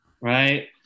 Right